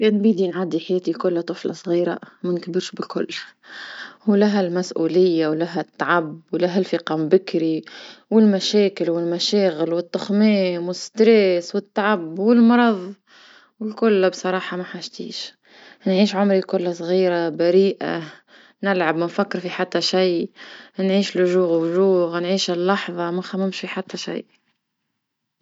كان بيدي نعدي حياتي لكل طفلة صغيرة ما نكبرش بالكل، ولها المسؤولية ولها التعب ولها الفقام بكري والمشاكل والمشاغل والتخمام وتقلاق والتعب والمرض والكل بصراحة ما حشتيش، نعيش عمري كلها صغيرة بريئة نلعب ما نفكر في حتى شي نعيش اليوم لليوم نعيش اللحظة ما نخممش في حتى شيء.